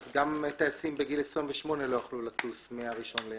אז גם טייסים בגיל 28 לא יוכלו לטוס מה-1 בינואר.